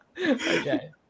okay